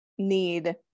Need